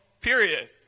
Period